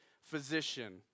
physician